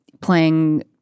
playing